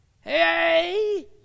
hey